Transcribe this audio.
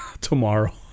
tomorrow